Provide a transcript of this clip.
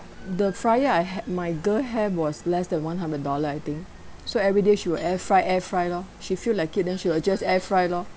the fryer I had my girl have was less than one hundred dollar I think so everyday she will air-fry air-fry lor she feel like it then she'll just air-fry lor